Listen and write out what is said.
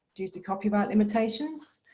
due to copyright limitations.